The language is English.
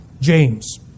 James